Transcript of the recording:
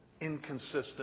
inconsistent